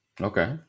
Okay